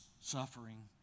suffering